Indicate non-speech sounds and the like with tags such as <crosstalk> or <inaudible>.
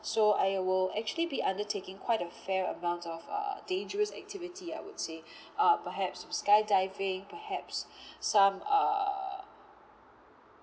so I will actually be undertaking quite a fair amount of uh dangerous activity I would say <breath> uh perhaps skydiving perhaps <breath> some uh